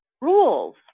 rules